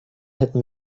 hätten